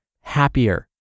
happier